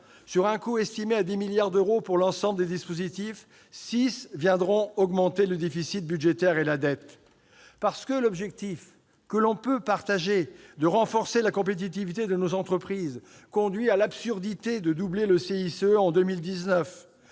sur un coût estimé à 10 milliards d'euros pour l'ensemble des dispositifs, 6 milliards d'euros viendront augmenter le déficit budgétaire et la dette. Parce que l'objectif, auquel on peut souscrire, de renforcer la compétitivité de nos entreprises conduit à l'absurdité de doubler le CICE en 2019,